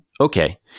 okay